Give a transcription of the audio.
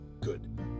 good